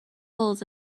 holes